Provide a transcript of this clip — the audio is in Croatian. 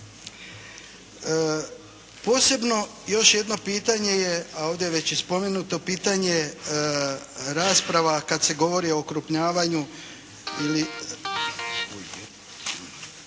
Posebno još jedno pitanje je, a ovdje već i spomenuto pitanje, rasprava kad se govori o okrupnjavanju,